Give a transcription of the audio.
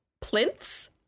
plinths